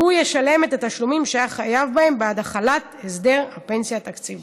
ושהוא ישלם את התשלומים שהיה חייב בהם בעד החלת הסדר הפנסיה התקציבית.